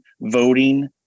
voting